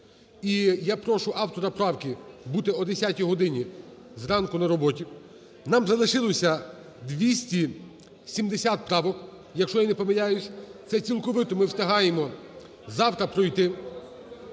я прошу автора правки бути о 10 годині зранку на роботі. Нам залишилося 270 правок, якщо я не помиляюсь. Це цілковито ми встигаємо завтра пройти.